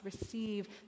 receive